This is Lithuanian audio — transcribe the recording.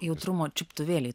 jautrumo čiuptuvėliai